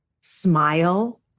smile